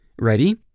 Ready